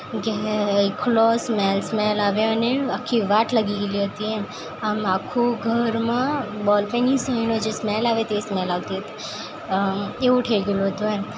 જે close smell smell આવે અને આખી વાટ લાગી ગયેલી હતી એમ આમ આખું ઘરમાં બોલપેનની સે એનો જે સ્મેલ આવે તે સ્મેલ આવતી હતી એવું થઈ ગેલું હતું એમ